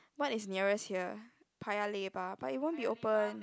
what is nearest here Paya-Lebar but it won't be open